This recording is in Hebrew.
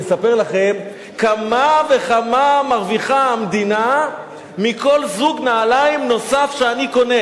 יספר לכם כמה וכמה מרוויחה המדינה מכל זוג נעליים נוסף שאני קונה,